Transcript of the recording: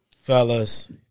fellas